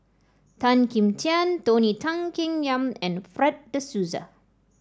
Tan Kim Tian Tony Tan Keng Yam and Fred De Souza